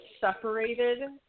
separated